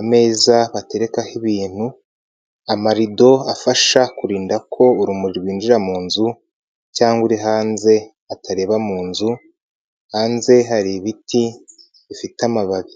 ameza baterekaho ibintu, amarido afasha kurinda ko urumuri rwinjira mu nzu, cyangwa uri hanze atareba mu nzu, hanze hari ibiti bifite amababi.